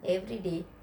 everyday